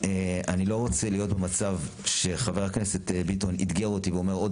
אני לא רוצה להיות במצב שחבר הכנסת ביטון אתגר אותי ואומר עוד